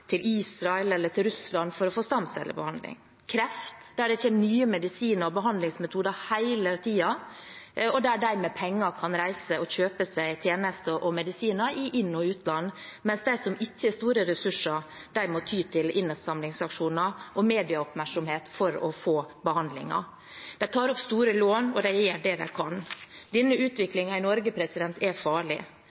Israel eller Russland for å få stamcellebehandling. Når det gjelder kreft, kommer det nye medisiner og behandlingsmetoder hele tiden, der de med penger kan reise og kjøpe seg tjenester og medisiner i inn- og utland, mens de som ikke har store ressurser, må ty til innsamlingsaksjoner og medieoppmerksomhet for å få behandlingen. De tar opp store lån, og de gjør det de kan. Denne utviklingen i Norge er farlig.